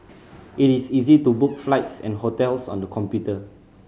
it is easy to book flights and hotels on the computer